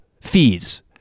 fees